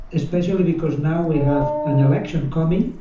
especially because now we have an election coming,